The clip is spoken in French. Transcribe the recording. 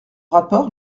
rapport